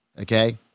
Okay